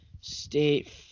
State